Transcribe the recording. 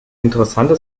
interessante